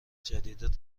جدیدت